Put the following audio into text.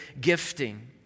gifting